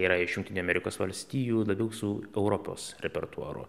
yra iš jungtinių amerikos valstijų labiau su europos repertuaru